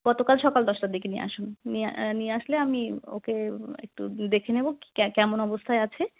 গতকাল সকাল দশটার দিকে নিয়ে আসুন নিয়ে নিয়ে আসলে আমি ওকে একটু দেখে নেবো কি কেমন অবস্থায় আছে